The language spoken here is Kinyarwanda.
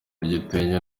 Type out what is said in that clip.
igitenge